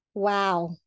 Wow